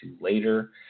later